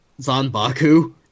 Zanbaku